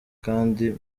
kandi